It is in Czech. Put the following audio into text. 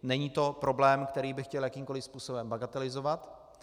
Není to problém, který bych chtěl jakýmkoliv způsobem bagatelizovat.